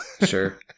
sure